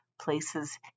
places